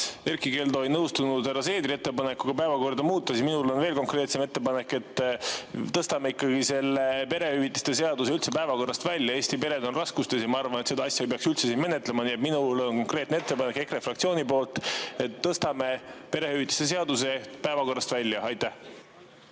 Erkki Keldo ei nõustunud härra Seedri ettepanekuga päevakorda muuta, siis minul on veel konkreetsem ettepanek: tõstame selle perehüvitiste seaduse üldse päevakorrast välja. Eesti pered on raskustes ja ma arvan, et seda asja ei peaks üldse siin menetlema. Nii et minul on konkreetne ettepanek EKRE fraktsiooni nimel: tõstame perehüvitiste seaduse päevakorrast välja. Mul